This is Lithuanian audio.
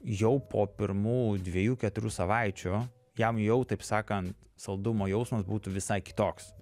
jau po pirmų dviejų keturių savaičių jam jau taip sakant saldumo jausmas būtų visai kitoks